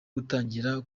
gutangira